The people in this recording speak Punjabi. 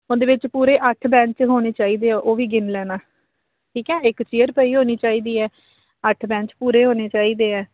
ਉਹਦੇ ਵਿੱਚ ਪੂਰੇ ਅੱਠ ਬੈਂਚ ਹੋਣੇ ਚਾਹੀਦੇ ਆ ਉਹ ਵੀ ਗਿਣ ਲੈਣਾ ਠੀਕ ਹੈ ਇੱਕ ਚਿਅਰ ਪਈ ਹੋਣੀ ਚਾਹੀਦੀ ਹੈ ਅੱਠ ਬੈਂਚ ਪੂਰੇ ਹੋਣੇ ਚਾਹੀਦੇ ਆ